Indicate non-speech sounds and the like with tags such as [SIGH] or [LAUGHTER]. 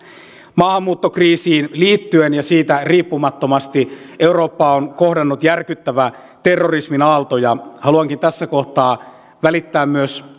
maahanmuuttokriisiin liittyen ja siitä riippumattomasti eurooppaa on kohdannut järkyttävä terrorismin aalto ja haluankin tässä kohtaa välittää myös [UNINTELLIGIBLE]